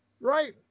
right